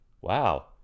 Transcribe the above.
Wow